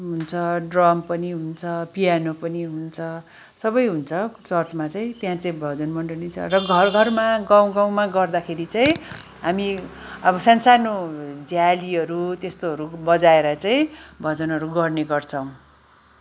हुन्छ ड्रम पनि हुन्छ पियानो पनि हुन्छ सबै हुन्छ चर्चमा चाहिँ त्यहाँ चाहिँ भजन मण्डली छ र घर घरमा गाउँ गाउँमा गर्दाखेरि चाहिँ हामी अब सानसानो झ्यालीहरू त्यस्तोहरू बजाएर चाहिँ भजनहरू गर्ने गर्छौँ